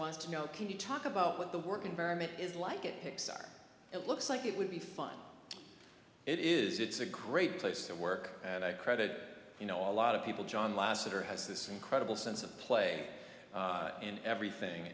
wants to know can you talk about what the work environment is like at pixar it looks like it would be fun it is it's a great place to work and i credit you know a lot of people john lasseter has this incredible sense of play in everything